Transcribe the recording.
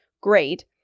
Great